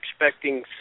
expecting